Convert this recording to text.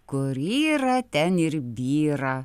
kur yra ten ir byra